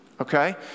Okay